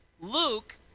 Luke